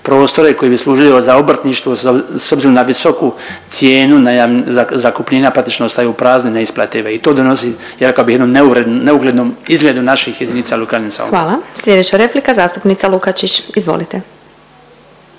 prostore koji bi služili za obrtništvo s obzirom na visoku cijenu zakupnina, praktično ostaju prazne, neisplative i to donosi rekao bi jednom neuglednom izgledu naših jedinica lokalne samouprave. **Glasovac, Sabina (SDP)** Hvala. Slijedeća replika zastupnica Lukačić. Izvolite.